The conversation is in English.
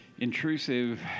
intrusive